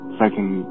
second